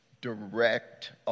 direct